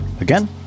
again